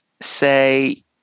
say